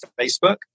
Facebook